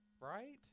right